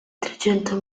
trecento